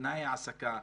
תנאי העסקה.